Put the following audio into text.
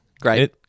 Great